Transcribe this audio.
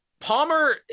Palmer